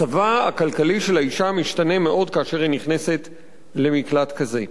מצבה הכלכלי של האשה משתנה מאוד כאשר היא נכנסת למקלט כזה,